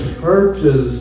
churches